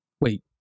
Wait